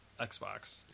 Xbox